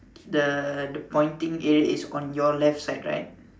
the the pointing area is on your left side right